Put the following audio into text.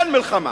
אין מלחמה.